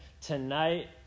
tonight